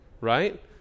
Right